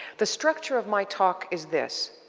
the structure of my talk is this.